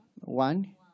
One